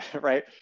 right